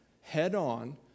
head-on